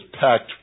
packed